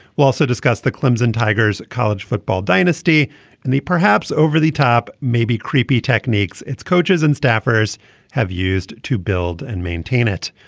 we also discussed the clemson tigers college football dynasty and perhaps over the top maybe creepy techniques its coaches and staffers have used to build and maintain it.